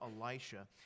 Elisha